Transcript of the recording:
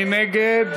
מי נגד?